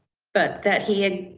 but that he had